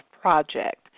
Project